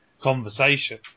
conversation